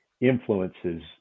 influences